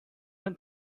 went